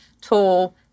tool